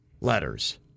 letters